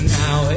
now